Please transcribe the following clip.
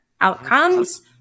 outcomes